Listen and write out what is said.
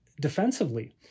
defensively